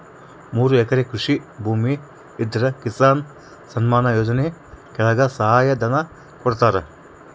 ಮೂರು ಎಕರೆ ಕೃಷಿ ಭೂಮಿ ಇದ್ರ ಕಿಸಾನ್ ಸನ್ಮಾನ್ ಯೋಜನೆ ಕೆಳಗ ಸಹಾಯ ಧನ ಕೊಡ್ತಾರ